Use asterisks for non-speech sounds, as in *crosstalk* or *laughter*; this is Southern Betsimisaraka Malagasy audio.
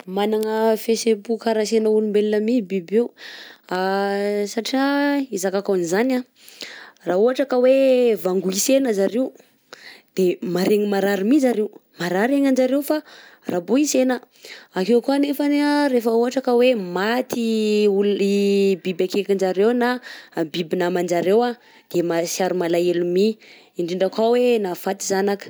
Managna fihetsem-po karaha antsena olombelogna mi biby io, *hesitation* satria izakako an'izany a raha ohatra ka hoe vangointsena zario de maregny marary mi zario marary egnanjario fa rabointsena ,akeo koà nefany an rehefa ohatra ka hoe maty i olo- *hesitation* biby akekinjareo na biby namanjareo a de mahatsiaro malaelo mi indrindra koà hoe nahafaty zanaka.